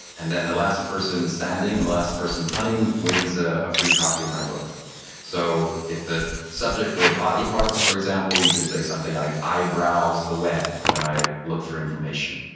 and then the last person standing and the last person punning wins a free copy of my book so if the subject were body parts for example, you could say something like, i browse the web when i look for information.